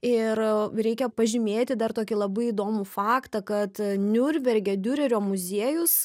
ir reikia pažymėti dar tokį labai įdomų faktą kad niurnberge diurerio muziejus